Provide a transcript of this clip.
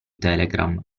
telegram